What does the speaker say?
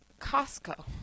Costco